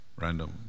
Random